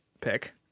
pick